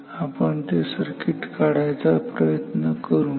आता आपण ते सर्किट काढायचा प्रयत्न करू